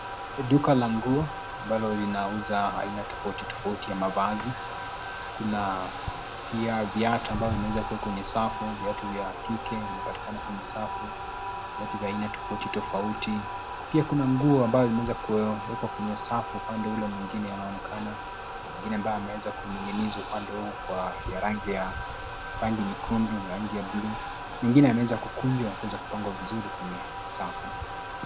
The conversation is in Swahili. Ni duka la nguo, ambalo inauza aina tofauti tofauti ya mavazi, kuna, pia viatu ambavyo vimeweza kuwekwa kwenye safu, viatu vya kike vinapatikana kwenye safu, viatu vya aina tofauti tofauti, pia kuna nguo ambayo imeweza kuwekwa kwenye safu upande ule mwingine unaonekana, na vingine ambaye ameweza kuning'inizwa upande huu kwa ya rangi ya, rangi nyekundu, rangi ya bluu, mengine yameweza kukunjwa na kuweza kupangwa vizuri kwenye, safu.